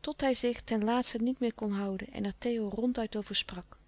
tot hij zich ten laatste niet meer kon houden en er theo ronduit over sprak